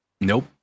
Nope